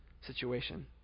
situation